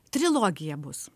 trilogija bus